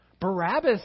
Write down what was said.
Barabbas